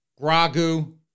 Gragu